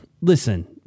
listen